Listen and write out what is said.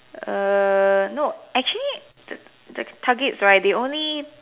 err no actually the the target is right they only